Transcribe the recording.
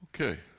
Okay